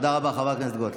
תודה רבה, חברת הכנסת גוטליב.